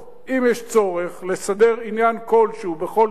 אם יש צורך לסדר עניין כלשהו, בכל תחום,